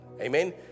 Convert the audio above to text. amen